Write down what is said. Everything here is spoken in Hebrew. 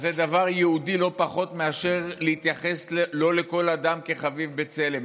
אז זה דבר יהודי לא פחות מאשר לא להתייחס לכל אדם כחביב בצלם.